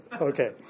Okay